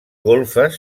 golfes